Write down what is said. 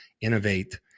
innovate